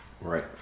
Right